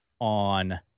on